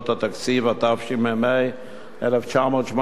התשמ"ה 1985,